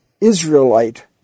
Israelite